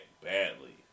badly